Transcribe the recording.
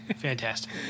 Fantastic